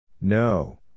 No